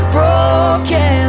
broken